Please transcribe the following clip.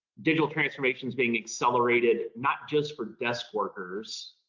digital transformation is being accelerated, not just for desk workers,